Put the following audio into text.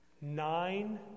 Nine